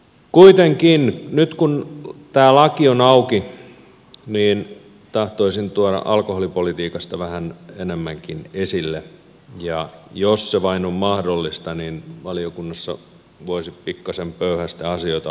kuitenkin nyt kun tämä laki on auki tahtoisin tuoda alkoholipolitiikasta vähän enemmänkin esille ja jos se vain on mahdollista niin valiokunnassa voisi pikkasen pöyhäistä asioita auki